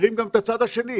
את הצד השני.